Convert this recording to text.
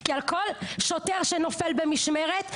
כי על כל שוטר שנופל במשמרת,